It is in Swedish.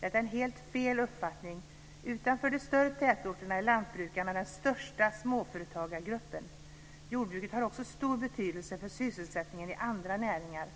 Detta är en helt felaktig uppfattning. Utanför de större tätorterna är lantbrukarna den största småföretagargruppen. Jordbruket har också stor betydelse för sysselsättningen i andra näringar.